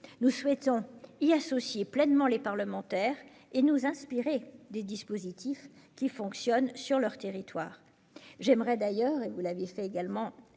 Nous souhaitons y associer pleinement les parlementaires et nous inspirer des dispositifs qui fonctionnent sur leur territoire. J'aimerais d'ailleurs, comme vous l'avez fait, madame